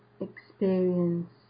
experience